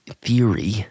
theory